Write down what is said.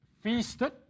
feasted